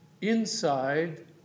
inside